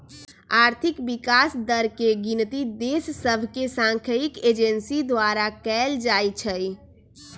आर्थिक विकास दर के गिनति देश सभके सांख्यिकी एजेंसी द्वारा कएल जाइ छइ